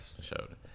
showed